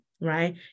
right